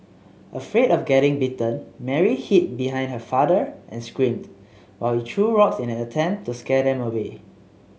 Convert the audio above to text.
afraid of getting bitten Mary hid behind her father and screamed while he threw rocks in an attempt to scare them away